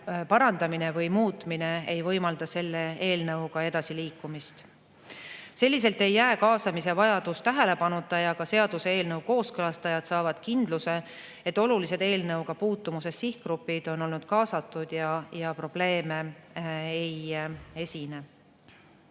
parandamine või muutmine ei võimalda selle eelnõuga edasi liikumist. Selliselt ei jää kaasamise vajadus tähelepanuta ja ka seaduseelnõu kooskõlastajad saavad kindluse, et olulised eelnõuga puutumuses sihtgrupid on olnud kaasatud ja probleeme ei esine.